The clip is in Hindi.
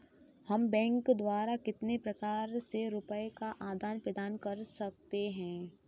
हम बैंक द्वारा कितने प्रकार से रुपये का आदान प्रदान कर सकते हैं?